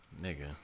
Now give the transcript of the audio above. Nigga